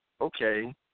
okay